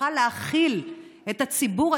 להאכיל את הציבור,